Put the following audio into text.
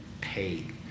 paid